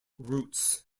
roots